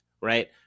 Right